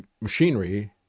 machinery